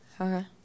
Okay